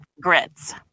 Grits